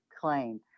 claim